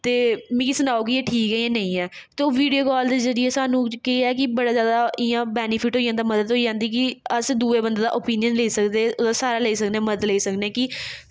ते मिगी सनाओ कि एह् ठीक ऐ जां नेईं ऐ तो ओह् वीडियो कॉल दे जरिये सानूं केह् ऐ कि बड़ा जादा इ'यां बैनिफिट होई जंदा मदद होई जंदी कि अस दूए बंदे दा ओपिनियन लेई सकदे ओह्दा स्हारा लेई सकने मदद लेई सकने कि